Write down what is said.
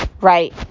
right